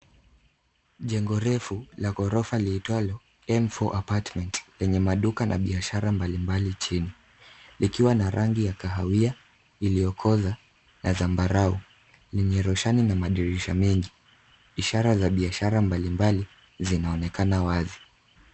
Jengo refu la ghorofa liitwalo M4 Apartment lenye maduka na biashara mbalimbali chini. Likiwa na rangi ya kahawia iliokoza na zambarau. Lenye rushani na madirisha mengi. Ishara za biashara mbalimbali zinaonekana wazi.